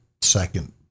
second